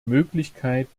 möglichkeit